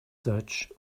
search